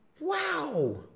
Wow